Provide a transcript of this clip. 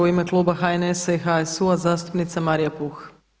U ime kluba HNS-HSU-a zastupnica Marija Puh.